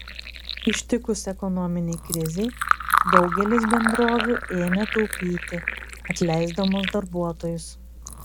ištikus ekonominei krizei daugelis bendrovių ėmė taupyti atleisdamos darbuotojus